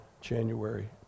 January